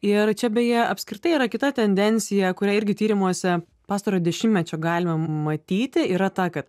ir čia beje apskritai yra kita tendencija kurią irgi tyrimuose pastarojo dešimtmečio galima matyti yra ta kad